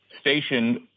stationed